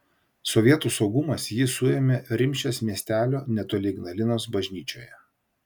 sovietų saugumas jį suėmė rimšės miestelio netoli ignalinos bažnyčioje